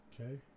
Okay